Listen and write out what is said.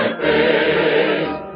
face